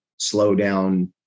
slowdown